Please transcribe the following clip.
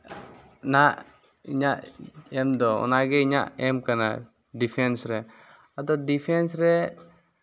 ᱱᱟᱦᱟᱸᱜ ᱤᱧᱟᱹᱜ ᱮᱢ ᱫᱚ ᱚᱱᱟᱜᱮ ᱤᱧᱟᱹᱜ ᱮᱢ ᱠᱟᱱᱟ ᱰᱤᱯᱷᱮᱱᱥ ᱨᱮ ᱟᱫᱚ ᱰᱤᱯᱷᱮᱱᱥ ᱨᱮ